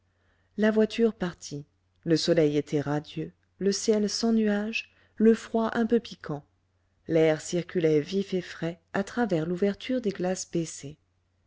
la voiture partit le soleil était radieux le ciel sans nuages le froid un peu piquant l'air circulait vif et frais à travers l'ouverture des glaces